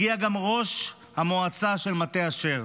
הגיע גם ראש המועצה של מטה אשר,